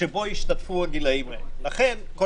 שבו השתתפו הגילאים האלה.